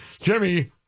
Jimmy